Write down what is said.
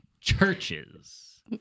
Churches